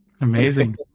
Amazing